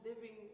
living